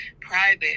private